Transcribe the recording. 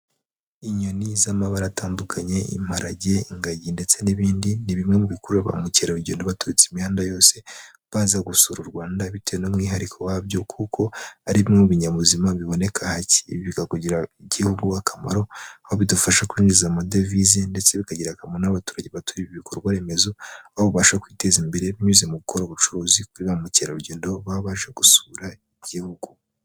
Inyoni z'amabara atandukanye, imparage, ingagi ndetse n'ibindi, ni bimwe mu bikurura ba mukerarugendo baturutse imihanda yose baza gusura u Rwanda, bitewe n'umwihariko wabyo, kuko ari bimwe mu binyabuzima biboneka hake ,ibi bikagirira igihugu akamaro, aho bidufasha kwinjiza amadevize ndetse bikagirira akamaro n'abaturage baturiye ibi bikorwaremezo, aho ubasha kwiteza imbere binyuze mu gukora ubucuruzi kuri ba mukerarugendo baba baje gusura igihugu.